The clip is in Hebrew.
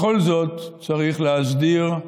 בכל זאת צריך להסדיר,